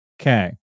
Okay